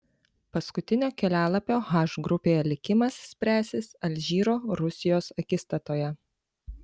paskutinio kelialapio h grupėje likimas spręsis alžyro rusijos akistatoje